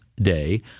Day